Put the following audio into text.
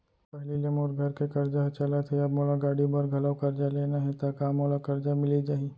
पहिली ले मोर घर के करजा ह चलत हे, अब मोला गाड़ी बर घलव करजा लेना हे ता का मोला करजा मिलिस जाही?